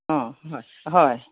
অ' হয় হয়